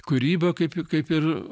kūryba kaip kaip ir